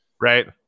right